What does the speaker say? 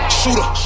shooter